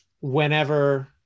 whenever